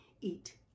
eat